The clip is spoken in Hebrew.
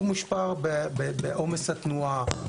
הוא מושפע בעומס התנועה,